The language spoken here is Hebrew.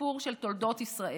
בסיפור של תולדות ישראל.